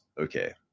okay